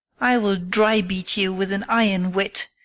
i will dry-beat you with an iron wit,